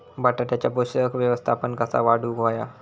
बटाट्याचा पोषक व्यवस्थापन कसा वाढवुक होया?